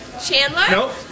Chandler